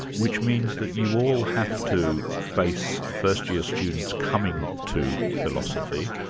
which means that you all have to face first year students coming to philosophy,